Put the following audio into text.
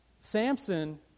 Samson